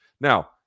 Now